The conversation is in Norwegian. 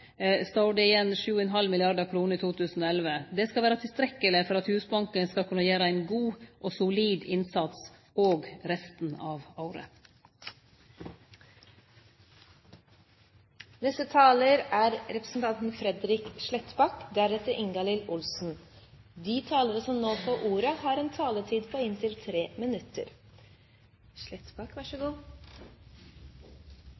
igjen 7,5 mrd. kr i 2011. Det skal vere tilstrekkeleg for at Husbanken skal kunne gjere ein god og solid innsats òg resten av året. De talere som heretter får ordet, har en taletid på inntil 3 minutter. La meg først få berømme medlemmene av kommunal- og forvaltningskomiteen for å være så